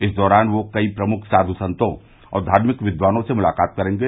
इस दौरान वह कई प्रमुख साध् संतों और धार्मिक विद्वानों से मुलाकात करेंगे